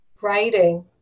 writing